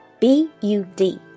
B-U-D